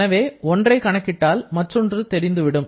எனவே ஒன்றை கணக்கிட்டால் மற்றொன்று தெரிந்துவிடும்